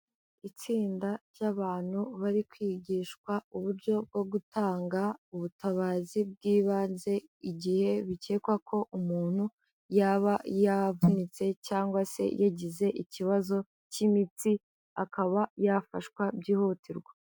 Itsinda ry'abantu bari kwigishwa uburyo bwo gutanga ubutabazi bw'ibanze igihe bikekwa ko umuntu yaba yavunitse cyangwa se yagize ikibazo cy'imitsi akaba yafashwa byihutirwa.